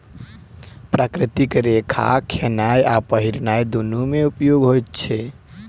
प्राकृतिक रेशा खेनाय आ पहिरनाय दुनू मे उपयोग होइत अछि